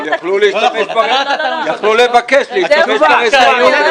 אבל יכלו להסתפק ברזרבה, יכלו לבקש להסתפק ברזרבה.